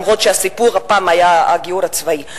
אף-על-פי שהסיפור הפעם היה הגיור הצבאי.